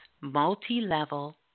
multi-level